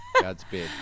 Godspeed